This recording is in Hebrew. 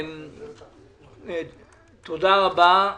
תודה רבה.